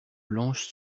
blanches